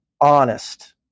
honest